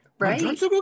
Right